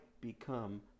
become